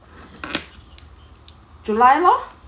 july lor